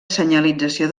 senyalització